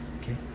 Okay